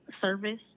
service